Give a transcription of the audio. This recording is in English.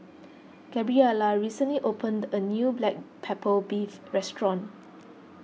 Gabriela recently opened a new Black Pepper Beef restaurant